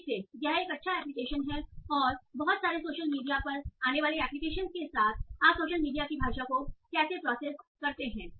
फिर से यह एक अच्छा एप्लीकेशन है और फिर बहुत सारे सोशल मीडिया पर आने वाले एप्लीकेशनस के साथ आप सोशल मीडिया की भाषा को कैसे प्रोसेस करते हैं